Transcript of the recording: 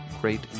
great